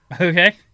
Okay